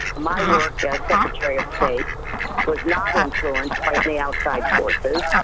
my work as secretary of state was not influenced by any outside forces.